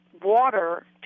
water